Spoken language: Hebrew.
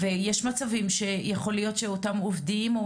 ויש מצבים שיכול להיות שאותם עובדים,